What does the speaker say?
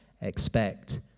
expect